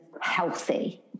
healthy